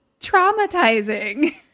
traumatizing